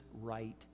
right